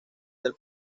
del